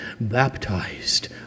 baptized